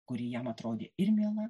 kuri jam atrodė ir miela